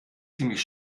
ziemlich